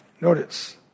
Notice